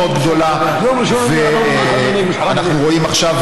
אבל הוא גם פשע מלחמה, והוא בעיה פוליטית, בעיקר.